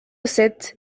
sept